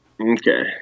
Okay